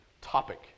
topic